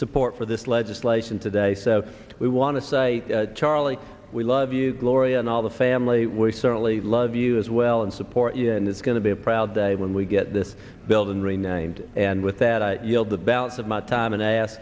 support for this legislation today so we want to say charlie we love you gloria and all the family we certainly love you as well and support you and it's going to be a proud day when we get this building renamed and with that i yield the balance of my time and i ask